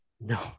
No